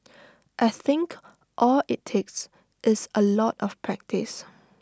I think all IT takes is A lot of practice